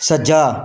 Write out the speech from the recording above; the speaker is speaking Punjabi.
ਸੱਜਾ